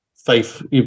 faith